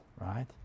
right